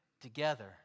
together